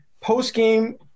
postgame